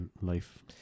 life